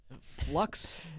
Flux